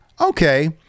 Okay